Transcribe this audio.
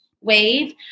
wave